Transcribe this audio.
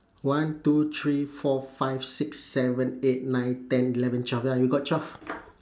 one two three four five six seven eight nine ten eleven twelve ya we got twelve